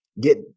get